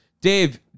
Dave